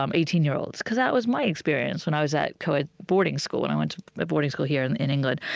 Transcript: um eighteen year olds. because that was my experience, when i was at co-ed boarding school when i went boarding school here, in in england.